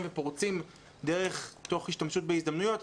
ופורצים דרך תוך שימוש בהזדמנויות,